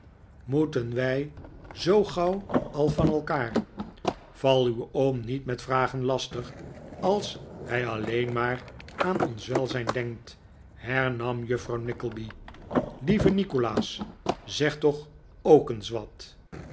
moeten wij zoo gauw al van elkaar val uw oom niet met vragen lastig als hij alleen maar aan ons welzijn denkt hernam juffrouw nickleby lieve nikolaas zeg toch ook eens wat